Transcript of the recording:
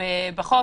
כי זאת הכוונה.